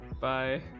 Bye